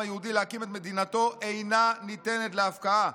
היהודי להקים את מדינתו אינה ניתנת להפקעה.